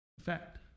Effect